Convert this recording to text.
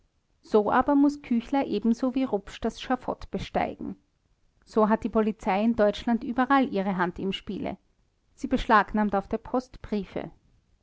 so aber muß küchler ebenso wie rupsch das schafott besteigen so hat die polizei in deutschland überall ihre hand im spiele sie beschlagnahmt auf der post briefe